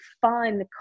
fun